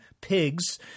PIGS